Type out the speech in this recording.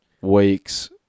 Weeks